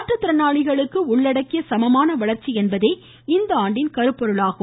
மாற்றுத்திறனாளிகளுக்கு உள்ளடக்கிய சமமான வளர்ச்சி என்பதே இந்த ஆண்டின் கருப்பொருளாகும்